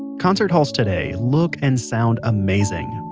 concert halls today look and sound amazing.